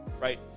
right